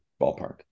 ballpark